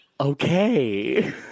Okay